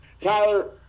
Tyler